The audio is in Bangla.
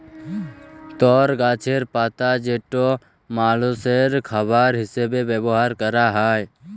তর গাছের পাতা যেটা মালষের খাবার হিসেবে ব্যবহার ক্যরা হ্যয়